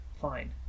fine